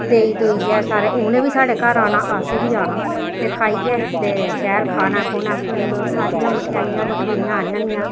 देई दूइयै सारे उ'नें बी साढ़े घर औना असें बी औना ते खाइयै ते शैल खाना खूना सारियां मठेआइयां मठूइयां आह्ननियां